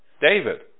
David